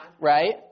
Right